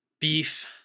beef